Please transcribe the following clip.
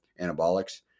anabolics